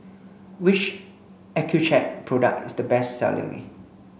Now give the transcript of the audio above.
which Accucheck product is the best selling